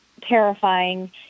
terrifying